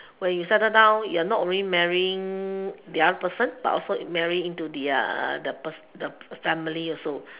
when you settle down you're not only marrying the other person but also marrying into the the person the family also